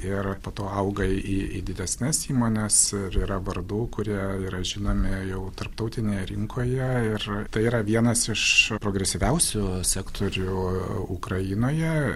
ir po to auga į į didesnes įmones ir yra vardų kurie yra žinomi jau tarptautinėje rinkoje ir tai yra vienas iš progresyviausių sektorių ukrainoje